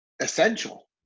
essential